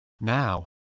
Now